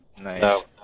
Nice